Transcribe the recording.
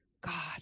God